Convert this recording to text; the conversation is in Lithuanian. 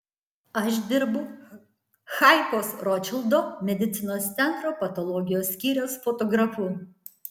aš dirbu haifos rotšildo medicinos centro patologijos skyriaus fotografu